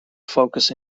focus